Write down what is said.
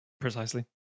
Precisely